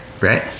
right